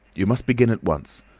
you must begin at once.